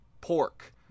pork